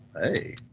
Hey